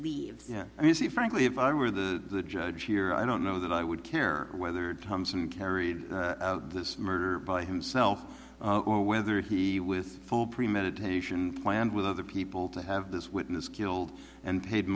mean frankly if i were the judge here i don't know that i would care whether thompson carried out this murder by himself or whether he with full premeditation planned with other people to have this witness killed and paid